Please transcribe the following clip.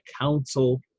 council